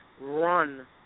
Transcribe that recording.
run